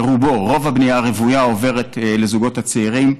רוב הבנייה הרוויה עוברת לזוגות הצעירים,